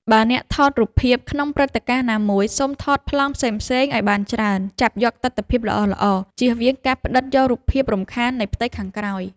បើអ្នកថតរូបភាពក្នុងព្រឹត្តិការណ៍ណាមួយ សូមថតប្លង់ផ្សេងៗឱ្យបានច្រើន ចាប់យកទិដ្ឋភាពល្អៗ ជៀសវាងការផ្តិតយករូបភាពរំខាន់នៃផ្ទៃខាងក្រោយ។